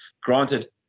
Granted